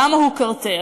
למה הוא קרטל?